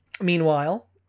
meanwhile